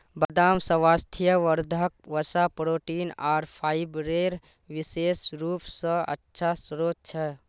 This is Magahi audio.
बदाम स्वास्थ्यवर्धक वसा, प्रोटीन आर फाइबरेर विशेष रूप स अच्छा स्रोत छ